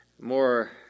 more